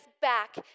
back